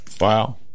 Wow